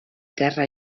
terra